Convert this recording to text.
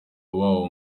wabo